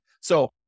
So-